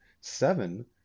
seven